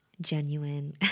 genuine